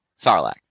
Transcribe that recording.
Sarlacc